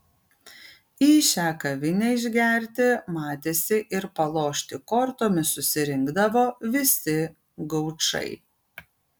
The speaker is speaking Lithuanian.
į šią kavinę išgerti matėsi ir palošti kortomis susirinkdavo visi gaučai